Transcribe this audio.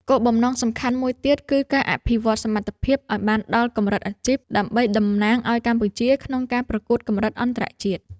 គោលបំណងសំខាន់មួយទៀត គឺការអភិវឌ្ឍសមត្ថភាពឱ្យបានដល់កម្រិតអាជីព ដើម្បីតំណាងឱ្យកម្ពុជាក្នុងការប្រកួតកម្រិតអន្តរជាតិ។